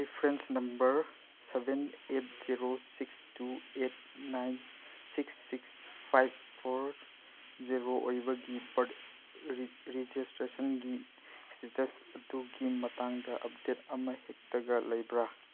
reference number seven eight zero six two eight nine six six ꯐꯥꯏꯕ four zero ꯑꯣꯏꯕꯒꯤ ꯕꯥꯔꯠ ꯔꯦꯖꯤꯁꯇ꯭ꯔꯦꯁꯟꯒꯤ status ꯑꯗꯨꯒꯤ ꯃꯇꯥꯡꯗ ꯑꯞꯗꯦꯠ ꯑꯃ ꯍꯦꯛꯇꯒ ꯂꯩꯕ꯭ꯔꯥ